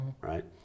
right